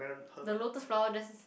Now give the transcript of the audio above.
the lotus flower just